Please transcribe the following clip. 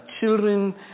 children